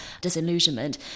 disillusionment